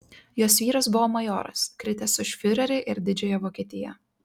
jos vyras buvo majoras kritęs už fiurerį ir didžiąją vokietiją